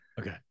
Okay